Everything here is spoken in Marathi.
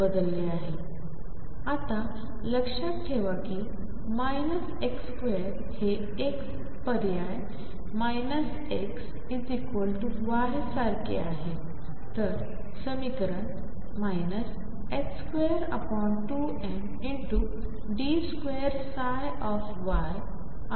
बदलले आहे आता लक्षात ठेवा की x2 हे x पर्याय xy सारखे आहे तर समीकरण 22md2ydy2VyyEψ